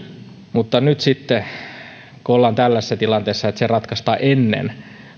mutta nyt kun ollaan tällaisessa tilanteessa että se ratkaistaan ennen